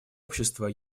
общества